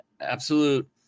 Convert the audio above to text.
absolute